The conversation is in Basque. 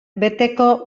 beteko